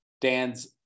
Dan's